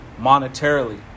monetarily